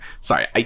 Sorry